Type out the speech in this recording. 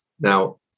Now